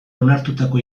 onartutako